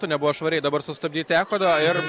nebuvo švariai dabar sustabdyti echodą ir